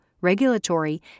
regulatory